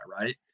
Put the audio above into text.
right